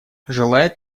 желает